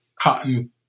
cotton